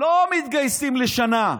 לא מתגייסים לשנה.